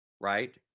right